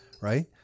right